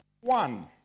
one